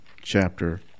chapter